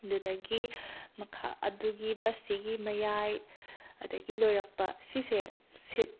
ꯑꯗꯨꯗꯒꯤ ꯃꯈꯥ ꯑꯗꯨꯒꯤ ꯕꯁꯁꯤꯒꯤ ꯃꯌꯥꯏ ꯑꯗꯒꯤ ꯂꯣꯏꯔꯛꯄ ꯁꯤꯁꯦ ꯁꯤꯠ